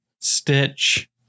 Stitch